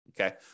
okay